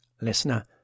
Listener